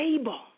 able